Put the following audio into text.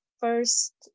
first